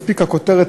מספיקה הכותרת,